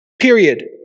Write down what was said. period